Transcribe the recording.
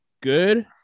good